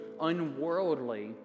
unworldly